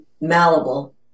malleable